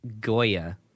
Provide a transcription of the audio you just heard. Goya